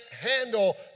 handle